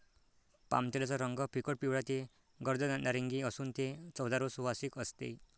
पामतेलाचा रंग फिकट पिवळा ते गर्द नारिंगी असून ते चवदार व सुवासिक असते